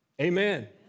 Amen